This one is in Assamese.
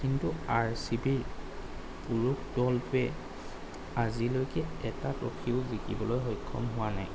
কিন্তু আৰ চি বি পুৰুষ দলটোৱে আজিলৈকে এটা ট্ৰফিও জিকিবলৈ সক্ষম হোৱা নাই